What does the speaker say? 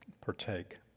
partake